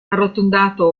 arrotondato